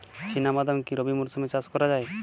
চিনা বাদাম কি রবি মরশুমে চাষ করা যায়?